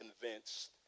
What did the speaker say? convinced